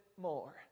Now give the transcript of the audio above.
more